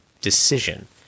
decision